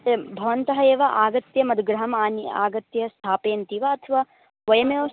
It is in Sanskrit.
एवं भवन्तः एव आगत्य मद्गृहम् आनीय आगत्य स्थापयन्ति वा अथवा वयमेव